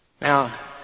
Now